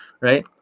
right